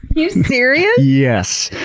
you serious? yes.